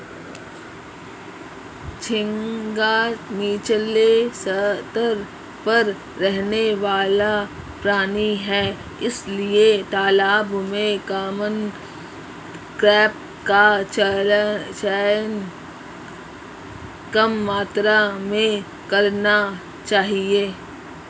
झींगा नीचले स्तर पर रहने वाला प्राणी है इसलिए तालाब में कॉमन क्रॉप का चयन कम मात्रा में करना चाहिए